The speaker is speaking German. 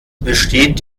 besteht